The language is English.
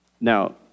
Now